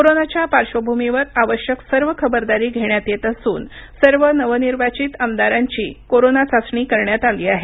कोरोनाच्या पार्श्वभूमीवर आवश्यक सर्व खबरदारी घेण्यात येत असून सर्व नवनिर्वाचित आमदारांची कोरोना चाचणी करण्यात आली आहे